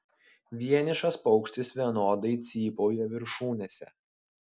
vienišas paukštis vienodai cypauja viršūnėse